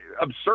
absurd